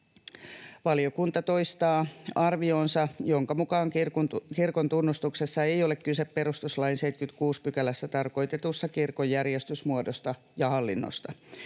Valiokunta toistaa arvionsa, jonka mukaan kirkon tunnustuksessa ei ole kyse perustuslain 76 §:ssä tarkoitetusta kirkon järjestysmuodosta ja hallinnosta.